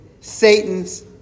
Satan's